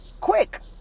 quick